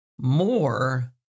more